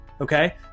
Okay